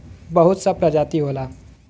बहुत सा प्रजाति होला